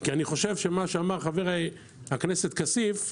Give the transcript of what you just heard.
כי אני חושב שמה שאמר חבר הכנסת כסיף נכון,